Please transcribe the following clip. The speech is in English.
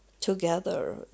together